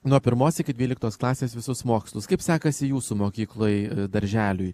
nuo pirmos iki dvyliktos klasės visus mokslus kaip sekasi jūsų mokyklai darželiui